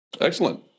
Excellent